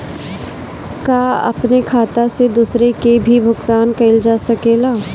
का अपने खाता से दूसरे के भी भुगतान कइल जा सके ला?